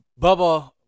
Bubba